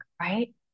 right